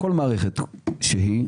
כל מערכת שהיא,